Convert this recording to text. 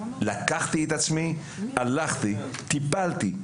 לקחתי את עצמי, הלכתי ודיברתי.